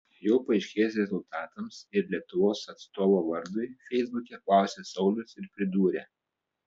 jau paaiškėjus rezultatams ir lietuvos atstovo vardui feisbuke klausė saulius ir pridūrė